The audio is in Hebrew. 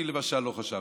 אני למשל לא חשבתי.